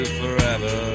forever